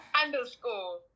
underscore